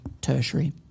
tertiary